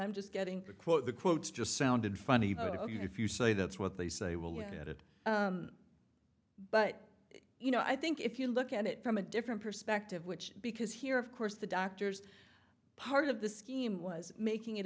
i'm just getting to quote the quotes just sounded funny but if you say that's what they say will let it but you know i think if you look at it from a different perspective which because here of course the doctor's part of the scheme was making it